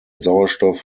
sauerstoff